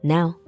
Now